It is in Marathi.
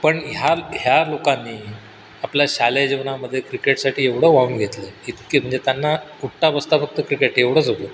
पण ह्या ह्या लोकांनी आपल्या शालेय जीवनामध्ये क्रिकेटसाठी एवढं वाहून घेतलं इतके म्हणजे त्यांना उठता बसता फक्त क्रिकेट एवढंच होतं